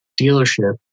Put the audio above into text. dealership